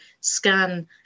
scan